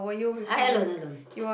I alone alone